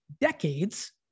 decades